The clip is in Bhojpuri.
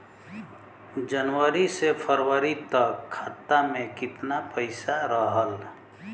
जनवरी से फरवरी तक खाता में कितना पईसा रहल?